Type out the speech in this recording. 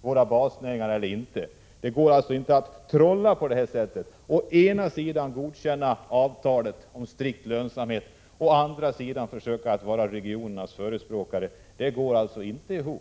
våra basnäringar eller inte. Det går alltså inte att trolla på det här sättet och å ena sidan godkänna avtalet om strikt lönsamhet och å andra sidan försöka vara regionernas förespråkare. Det går alltså inte ihop.